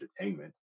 entertainment